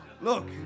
Look